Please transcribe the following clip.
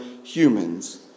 humans